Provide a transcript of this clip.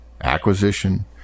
acquisition